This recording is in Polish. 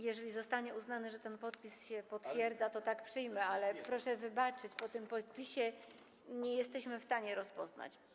Jeżeli zostanie uznane, że ten podpis się potwierdza, to tak, przyjmę, ale proszę wybaczyć, po tym podpisie nie jesteśmy w stanie rozpoznać.